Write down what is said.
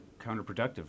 counterproductive